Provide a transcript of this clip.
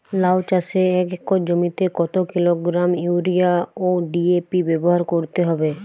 লাউ চাষে এক একর জমিতে কত কিলোগ্রাম ইউরিয়া ও ডি.এ.পি ব্যবহার করতে হবে?